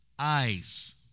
eyes